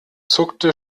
zuckte